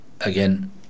again